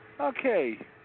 Okay